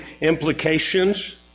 implications